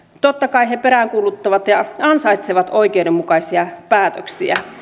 totta kai he peräänkuuluttavat ja ansaitsevat oikeudenmukaisia päätöksiä